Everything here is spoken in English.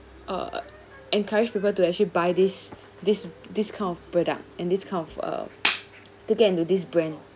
uh encourage people to actually buy this this this kind of product and this kind of uh to get into this brand